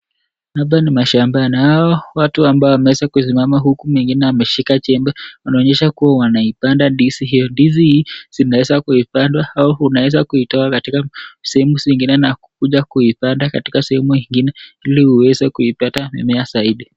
Hapa ni mashambani hao, watu ambao wameweza kusimama huku mwingine ameshika jembe unaonyesha kuwa wanaipanda ndizi hiyo. Ndizi hii inaweza kuipandwa au unaweza kuitoa katika sehemu zingine na kuja kuipanda katika sehemu ingine ili uweze kuipata mimea zaidi.